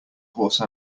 horse